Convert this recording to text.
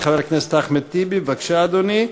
חבר הכנסת אחמד טיבי, בבקשה, אדוני.